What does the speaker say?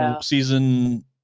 season